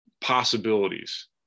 possibilities